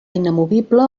inamovible